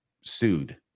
sued